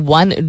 one